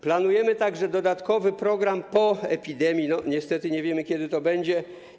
Planujemy także dodatkowy program po epidemii, niestety nie wiemy, kiedy to będzie.